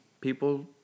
people